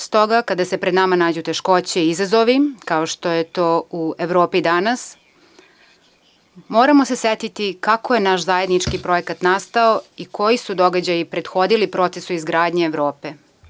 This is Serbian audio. Stoga, kada se pred nama nađu teškoće i izazovi, kao što je to u Evropi danas, moramo se setiti kako je naš zajednički projekat nastao i koji su događaji prethodili procesu izgradnje Evrope.